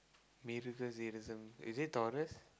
is it Taurus